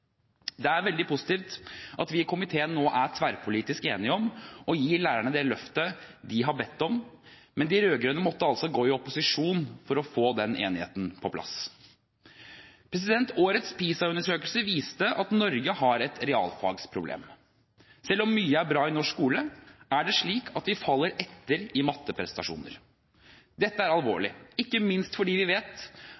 Det er veldig positivt at vi i komiteen nå er tverrpolitisk enige om å gi lærerne det løftet de har bedt om, men de rød-grønne måtte altså i opposisjon før man kunne få den enigheten på plass. Årets PISA-undersøkelse viste at Norge har et realfagsproblem. Selv om mye er bra i norsk skole, er det slik at vi henger etter i matteprestasjoner. Dette er